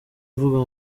uvuga